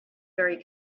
very